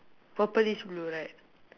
purplish blue right